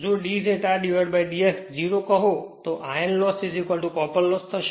જો d zeta dx 0 કહો તો આયર્ન લોસ કોપર લોસ થશે